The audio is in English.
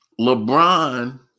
LeBron